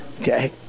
Okay